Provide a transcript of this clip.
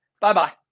Bye-bye